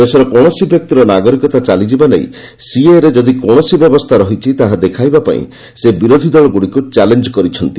ଦେଶର କୌଣସି ବ୍ୟକ୍ତିର ନାଗରିକତା ଚାଲିଯିବା ନେଇ ସିଏଏରେ ଯଦି କୌଣସି ବ୍ୟବସ୍ଥା ରହିଛି ତାହା ଦେଖାଇବା ପାଇଁ ସେ ବିରୋଧୀଦଳଗୁଡିକୁ ଚ୍ୟାଲେଞ୍ଜ କରିଛନ୍ତି